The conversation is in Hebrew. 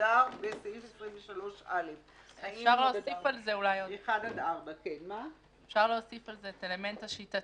שהוגדר בסעיף 23א. אפשר להוסיף על זה אולי את אלמנט השיטתיות,